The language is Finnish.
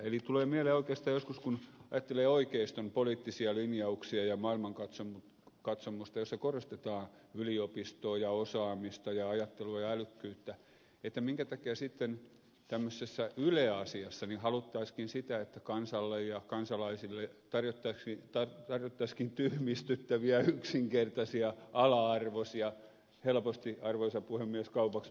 eli tulee mieleen oikeastaan joskus kun ajattelee oikeiston poliittisia linjauksia ja maailmankatsomusta jossa korostetaan yliopistoa ja osaamista ja ajattelua ja älykkyyttä minkä takia sitten tämmöisessä yle asiassa haluttaisiinkin sitä että kansalle ja kansalaisille tarjottaisiinkin tyhmistyttäviä yksinkertaisia ala arvoisia helposti arvoisa puhemies kaupaksi meneviä ohjelmia